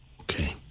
Okay